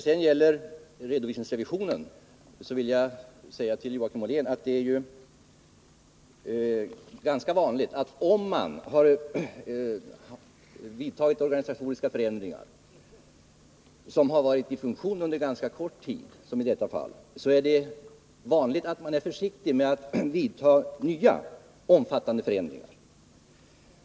Vad gäller redovisningsrevisionen vill jag säga till Joakim Ollén att det, då organisatoriska förändringar har vidtagits och de liksom i detta fall har varit i funktion under relativt kort tid, är ganska vanligt att man är försiktig med att vidta nya omfattande förändringar.